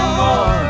more